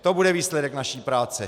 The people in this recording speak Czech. To bude výsledek naší práce.